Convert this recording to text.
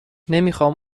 نمیخام